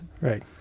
Right